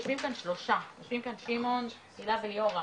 יושבים כאן שלושה, שמעון, הילה וליאורה.